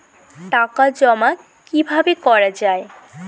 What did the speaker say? টাকা জমা কিভাবে করা য়ায়?